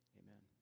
amen